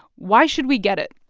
why should we get it?